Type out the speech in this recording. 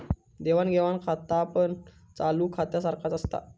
देवाण घेवाण खातापण चालू खात्यासारख्याच असता